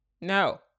no